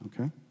okay